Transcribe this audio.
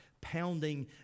pounding